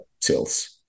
sales